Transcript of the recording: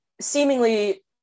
seemingly